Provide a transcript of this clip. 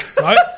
Right